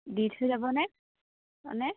দি থৈ যাবনে